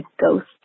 ghost